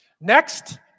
Next